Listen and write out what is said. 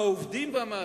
העובדים והמעסיקים,